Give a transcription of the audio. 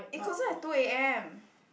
it closes at two A_M